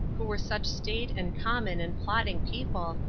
who were such staid and common and plodding people,